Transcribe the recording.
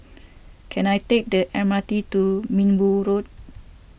can I take the M R T to Minbu Road